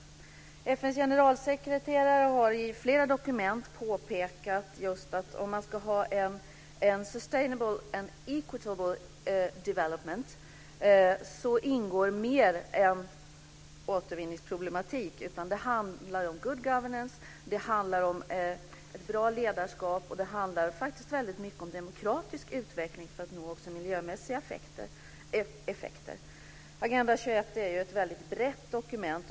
FN:s generalsekreterare har i flera dokument påpekat just att om man ska ha en sustainable and equitable development ingår mer än återvinningsproblematik. Det handlar om good governance - det handlar om ett bra ledarskap - och det handlar faktiskt väldigt mycket om demokratisk utveckling för att nå också miljömässiga effekter. Agenda 21 är ett väldigt brett dokument.